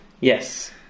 Yes